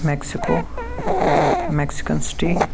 Mexico Mexican city